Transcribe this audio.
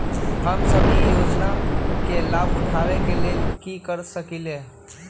हम सब ई योजना के लाभ उठावे के लेल की कर सकलि ह?